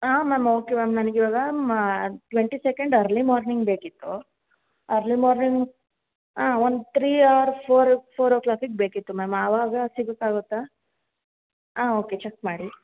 ಆಂ ma'am okay ma'am ನನಗೆ ಇವಾಗ ಮಾ ಟ್ವೆಂಟಿ ಸೆಕೆಂಡ್ ಅರ್ಲಿ ಮಾರ್ನಿಂಗ್ ಬೇಕಿತ್ತು ಅರ್ಲಿ ಮಾರ್ನಿಂಗ್ ಒಂದು ತ್ರೀ ಆರ್ ಫೋರ ಫೋರ್ ಒ ಕ್ಲಾಕಿಗೆ ಬೇಕಿತ್ತು ಮ್ಯಾಮ್ ಆವಾಗ ಸಿಗಕ್ಕೆ ಆಗುತ್ತಾ ಆಂ ಓಕೆ ಚಕ್ ಮಾಡಿ